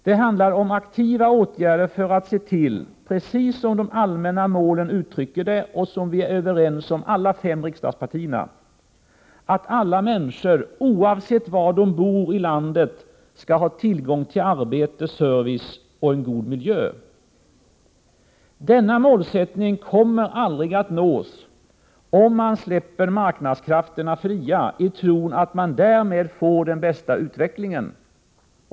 Det handlar om aktiva åtgärder för att se till, precis som det uttrycks i de allmänna målen och som samtliga fem riksdagspartier är överens om, att alla människor — oavsett var de bor i landet — skall ha tillgång till arbete, service och en god miljö. Denna målsättning kommer aldrig att nås, om man släpper marknadskrafterna fria i tron att man därmed får den bästa utvecklingen.